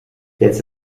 jetzt